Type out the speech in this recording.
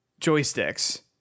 joysticks